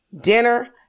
dinner